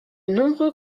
nombreux